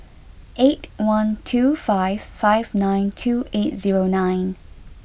eight one two five five nine two eight zero nine